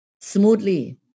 smoothly